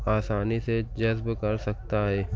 آسانی سے جذب کر سکتا ہے